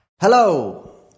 hello